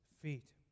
feet